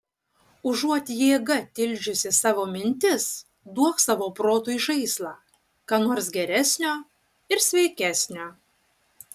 užuot jėga tildžiusi savo mintis duok savo protui žaislą ką nors geresnio ir sveikesnio